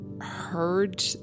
heard